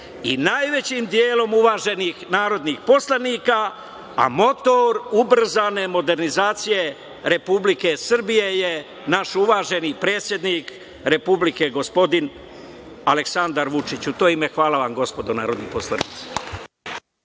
i najvećim delom uvaženih narodnih poslanika, a motor ubrzane modernizacije Republike Srbije je naš uvaženi predsednik Republike Aleksandar Vučić. U to ime, hvala vam, gospodo narodni poslanici.